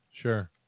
Sure